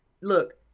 Look